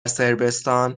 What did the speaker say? صربستان